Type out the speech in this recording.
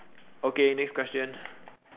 okay next question